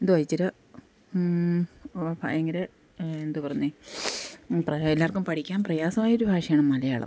എന്തുവാണ് ഇച്ചിരി ഭയങ്കര എന്താ പറയുന്നത് പ്രഹ എല്ലാവർക്കും പഠിക്കാൻ പ്രയാസമായൊരു ഭാഷയാണ് മലയാളം